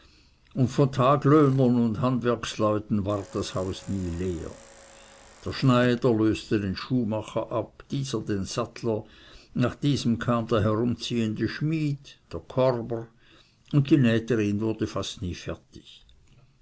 und von taglöhnern und handwerksleuten ward das haus nie leer der schneider löste den schuhmacher ab dieser den sattler nach diesem kam der herumziehende schmied der korber und die nähterin wurde fast nie fertig